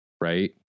Right